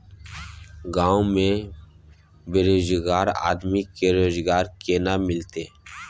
गांव में बेरोजगार आदमी के रोजगार केना मिलते?